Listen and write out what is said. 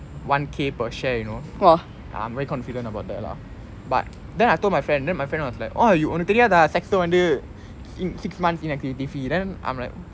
one K per share you know I'm very confident about that lah but then I told my friend then my friend was like oh you உனக்கு தெரியாதா:unakku theriyaathaa sector வந்து:vanthu six months inactivity fee then I'm like